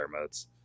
modes